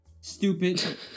Stupid